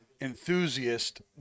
enthusiast